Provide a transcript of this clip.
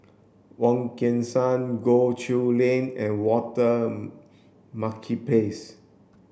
Wong Kan Seng Goh Chiew Lye and Walter Makepeace